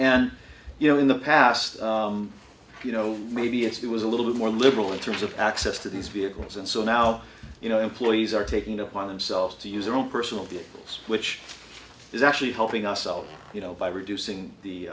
and you know in the past you know maybe it's he was a little bit more liberal in terms of access to these vehicles and so now you know employees are taking it upon themselves to use their own personal vehicles which is actually helping ourselves you know by reducing the